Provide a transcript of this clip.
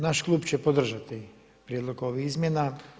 Naš klub će podržati prijedlog ovih izmjena.